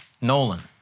Nolan